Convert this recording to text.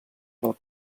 del